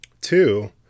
Two